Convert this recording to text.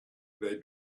they